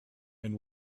and